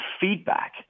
feedback